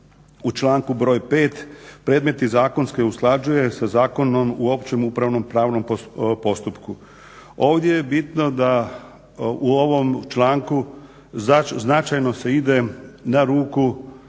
u članku br. 5. predmetni zakon se usklađuje sa Zakonom o općem upravnom pravnom postupku. Ovdje je bitno da u ovom članku značajno se ide na ruku